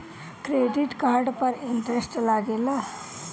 Credit card पर interest लागेला?